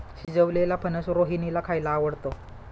शिजवलेलेला फणस रोहिणीला खायला आवडतो